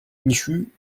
bichu